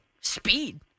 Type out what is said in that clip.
speed